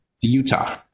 Utah